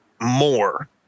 more